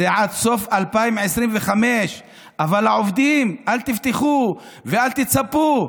זה עד סוף 2025. אבל העובדים, אל תבטחו ואל תצפו,